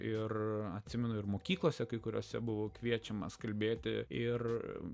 ir atsimenu ir mokyklose kuriose buvo kviečiamas kalbėti ir